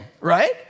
right